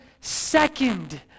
second